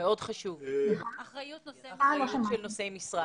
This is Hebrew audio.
אחריות נושא משרה.